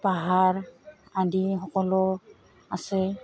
পাহাৰ আদি সকলো আছে